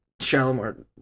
Shalimar